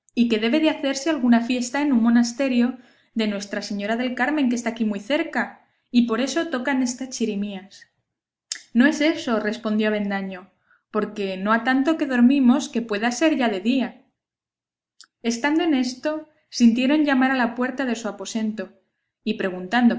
y que debe de hacerse alguna fiesta en un monasterio de nuestra señora del carmen que esta aquí cerca y por eso tocan estas chirimías no es eso respondió avendaño porque no ha tanto que dormimos que pueda ser ya de día estando en esto sintieron llamar a la puerta de su aposento y preguntando